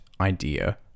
idea